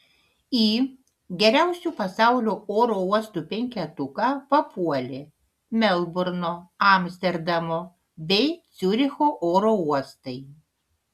į geriausių pasaulio oro uostų penketuką papuolė melburno amsterdamo bei ciuricho oro uostai